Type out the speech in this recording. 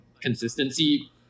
consistency